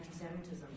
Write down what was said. anti-Semitism